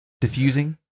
Diffusing